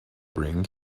bring